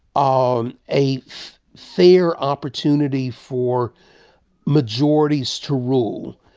um a fair opportunity for majorities to rule.